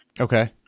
Okay